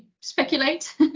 speculate